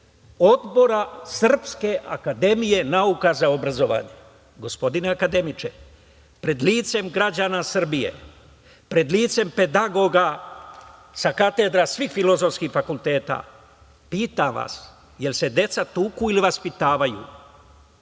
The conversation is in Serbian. Odbora Srpske akademije nauka za obrazovanje. Gospodine akademiče, pred licem građana Srbije, pred licem pedagoga sa katedra svih filozofskih fakulteta, pitam vas – da li se deca tuku ili vaspitavaju?